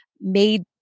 made